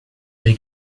dei